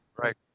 Right